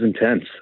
intense